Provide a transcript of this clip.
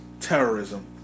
terrorism